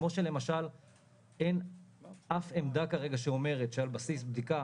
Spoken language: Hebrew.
כמו שלמשל אין אף עמדה כרגע שאומרת שעל בסיס בדיקה